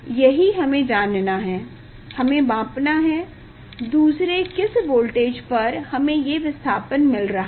यही हमें जानना है हमें मापना है दूसरे किस वोल्टेज पर हमें ये विस्थापन मिल रहा है